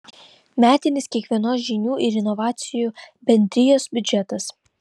metinis kiekvienos žinių ir inovacijų bendrijos biudžetas